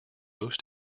most